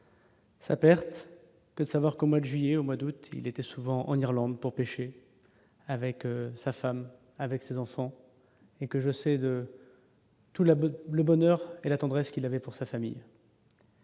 Sa perte que savoir commode juillet au mois d'août, il était souvent en Irlande pour pêcher avec sa femme, avec ses enfants et que je sais de. Tout la bas le bonheur et la tendresse qu'il avait, pour sa famille.